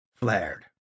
flared